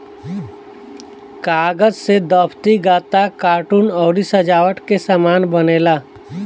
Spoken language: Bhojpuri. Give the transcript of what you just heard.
कागज से दफ्ती, गत्ता, कार्टून अउरी सजावट के सामान बनेला